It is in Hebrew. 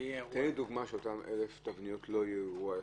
תן לי דוגמה שאותן 1,000 תבניות לא יהיו אירוע אחד.